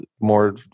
more